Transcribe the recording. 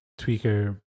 tweaker